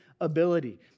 ability